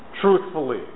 truthfully